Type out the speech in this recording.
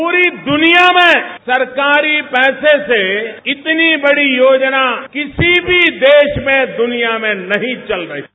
पूरे दुनिया में सरकार के पैसे से इतनी बड़ी योजना किसी भी देश में दुनिया में नहीं चल रही है